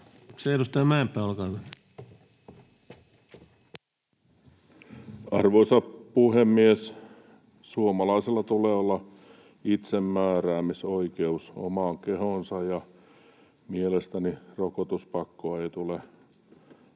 Content: Arvoisa puhemies! Suomalaisella tulee olla itsemääräämisoikeus omaan kehoonsa, ja mielestäni rokotuspakkoa ei tule